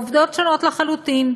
העובדות שונות לחלוטין.